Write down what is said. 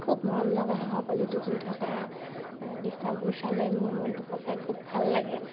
খুব মৰমলগা শহাপোৱালিটো শুই থকা দৃশ্যবোৰ চালে মোৰ মনটো সঁচাই খুব ভাল লাগে